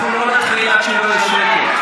רבותיי, אנחנו לא נתחיל עד שלא יהיה שקט.